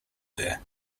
there